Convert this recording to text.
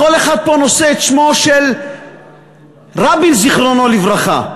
כל אחד פה נושא את שמו של רבין, זיכרונו לברכה,